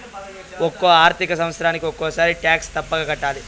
ఒక్కో ఆర్థిక సంవత్సరానికి ఒక్కసారి టాక్స్ తప్పక కట్టాలి